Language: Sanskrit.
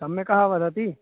सम्यक् वदति